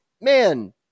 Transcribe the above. man